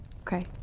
Okay